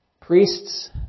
priests